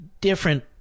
different